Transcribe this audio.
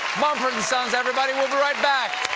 mumford and sons, everybody! we'll be right back.